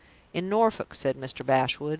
in norfolk, said mr. bashwood.